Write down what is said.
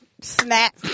Snap